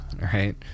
Right